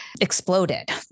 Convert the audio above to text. exploded